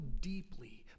deeply